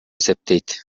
эсептейт